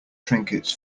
trinkets